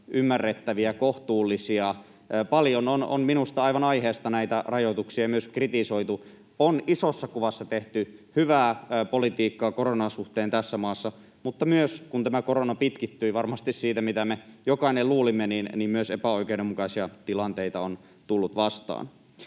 ymmärrettäviä ja kohtuullisia. Paljon on minusta aivan aiheesta näitä rajoituksia myös kritisoitu. On isossa kuvassa tehty hyvää politiikkaa koronan suhteen tässä maassa, mutta kun tämä korona pitkittyi varmasti siitä, mitä me jokainen luulimme, myös epäoikeudenmukaisia tilanteita on tullut vastaan.